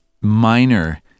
minor